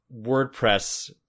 WordPress